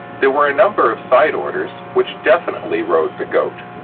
there were a number of side orders which definitely rode the goat.